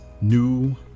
New